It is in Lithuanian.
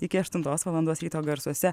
iki aštuntos valandos ryto garsuose